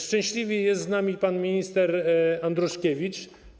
Szczęśliwie jest z nami pan minister Andruszkiewicz.